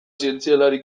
zientzialari